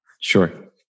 Sure